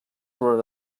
were